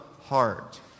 heart